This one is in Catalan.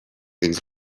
dins